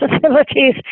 facilities